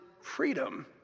freedom